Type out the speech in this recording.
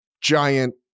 giant